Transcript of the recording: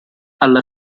alla